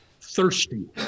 thirsty